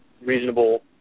reasonable